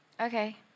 Okay